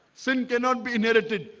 sin cannot be inherited.